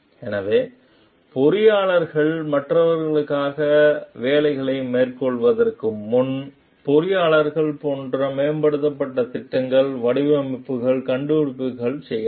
எனவே பொறியியலாளர்கள் மற்றவர்களுக்காக வேலைகளை மேற்கொள்வதற்கு முன் பொறியாளர் போன்ற மேம்பட்டுத் திட்டங்கள் வடிவமைப்புகள் கண்டுபிடிப்புகள் செய்யலாம்